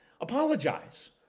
Apologize